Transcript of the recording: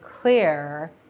clear